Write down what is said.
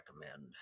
recommend